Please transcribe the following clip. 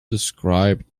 described